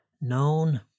known